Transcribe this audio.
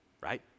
right